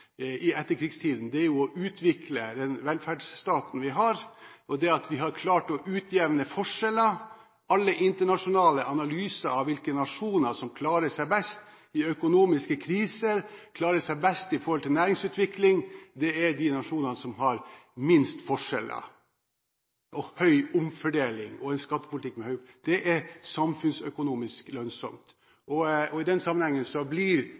klart å utjevne forskjeller. Alle internasjonale analyser av hvilke nasjoner som klarer seg best i økonomiske kriser og i næringsutvikling, viser at det er de nasjonene som har minst forskjeller og en skattepolitikk med høy omfordeling. Det er samfunnsøkonomisk lønnsomt. I den sammenheng blir